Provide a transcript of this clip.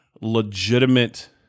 legitimate